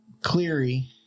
Cleary